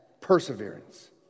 perseverance